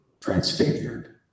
transfigured